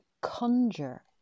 Conjure